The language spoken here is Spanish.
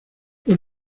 fue